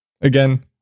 Again